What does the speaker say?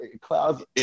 clouds